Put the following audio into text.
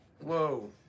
whoa